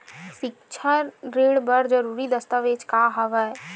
सिक्छा ऋण बर जरूरी दस्तावेज का हवय?